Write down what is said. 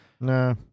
No